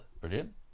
brilliant